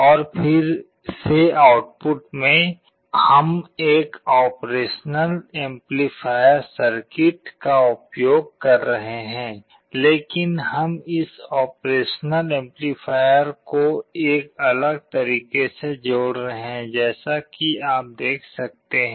और फिर से आउटपुट में हम एक ऑपरेशनल एम्पलीफायर सर्किट का उपयोग कर रहे हैं लेकिन हम इस ऑपरेशनल एम्पलीफायर को एक अलग तरीके से जोड़ रहे हैं जैसा कि आप देख सकते हैं